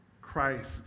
Christ